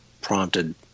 prompted